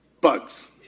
bugs